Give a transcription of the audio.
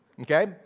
Okay